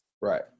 Right